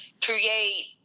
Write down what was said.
create